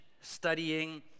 studying